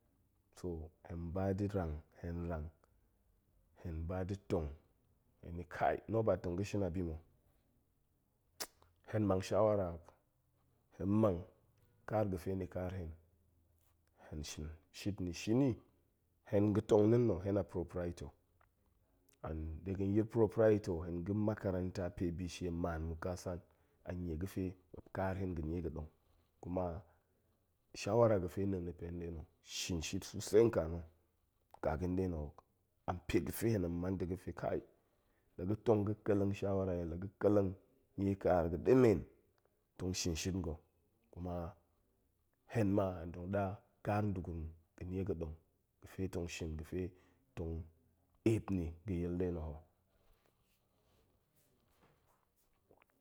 Toh hen ba da̱ rang, hen rang, hen ba da̱ tong hen ni kai nobert tong ga̱ shin a bima̱ hen mang shawara. hen mang ƙaar ga̱fe ni ƙaar hen. hen shin shit ni, shini hen ga̱ tong na̱ nna̱, hen a proprietor, and de ga̱ yir proprietor, hen ga̱ makaranta pe bishe nmaan nkasan, anie ga̱fe muop ƙaar hen ga̱ nie ga̱dong, kuma shawara ga̱fe neen na̱ pen nɗe na̱ ho, shin shit susai nka na̱, ka ga̱n nɗe na̱ ho, an pe ga̱ fe hen man to ga̱fe kai la ga̱ tong ga̱ keleng shawara i la ga̱ keleng nie ƙaar ga̱ ɗemen, tong shin shit nga̱, kuma hen ma, hen tong ɗa ƙaar nda̱gurum ga̱ nie ga̱ ɗong ga̱fe tong shin ga̱fe tong eep ni ga̱yil nɗe na̱ ho